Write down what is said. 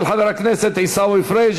של חבר הכנסת עיסאווי פריג'.